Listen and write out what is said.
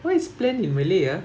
what is plan in malay ah